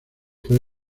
fue